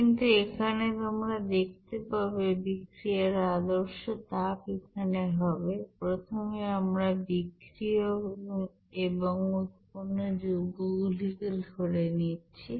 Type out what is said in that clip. কিন্তু এখানে তোমরা দেখতে পাবে বিক্রিয়ার আদর্শ তাপ এখানে হবে প্রথমে আমরা বিক্রিয়ক এবং উৎপন্ন যৌগ গুলিকে ধরে নিচ্ছি